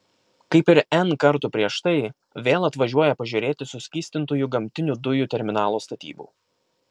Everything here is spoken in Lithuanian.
kaip ir n kartų prieš tai vėl atvažiuoja pažiūrėti suskystintųjų gamtinių dujų terminalo statybų